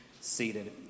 seated